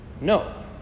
No